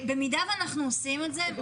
במידה ואנחנו עושים את זה,